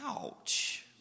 Ouch